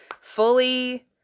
fully